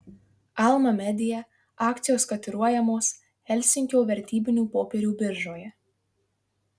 alma media akcijos kotiruojamos helsinkio vertybinių popierių biržoje